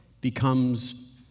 becomes